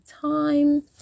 time